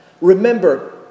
Remember